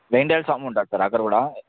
వేంకటేశ్వర స్వామి ఉంటాడు సార్ అక్కడ కూడా